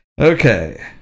Okay